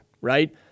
right